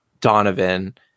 Donovan